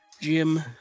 Jim